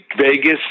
Vegas